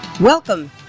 Welcome